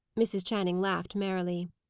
mrs. channing laughed merrily.